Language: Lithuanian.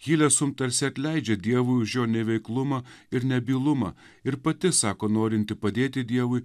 hilesum tarsi atleidžia dievui už jo neveiklumą ir nebylumą ir pati sako norinti padėti dievui